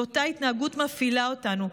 ואותה התנהגות מפעילה אותנו,